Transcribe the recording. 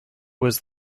was